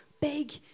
big